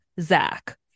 Zach